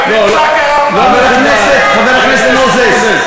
חבר הכנסת מוזס,